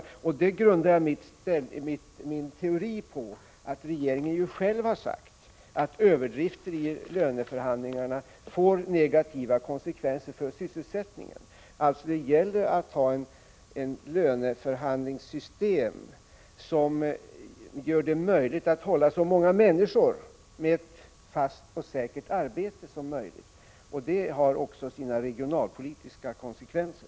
Där grundar jag min teori på att regeringen själv har sagt att överdrifter i löneförhandlingarna får negativa konsekvenser för sysselsättningen. Det gäller alltså att ha ett löneförhandlingssystem som gör det möjligt att hålla så många människor som möjligt med ett fast och säkert arbete. Det har också sina regionalpolitiska konsekvenser.